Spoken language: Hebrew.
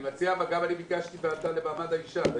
אני ביקשתי מעמד האישה.